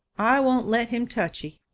i won't let him touch ye.